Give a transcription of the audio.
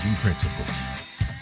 principles